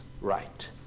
right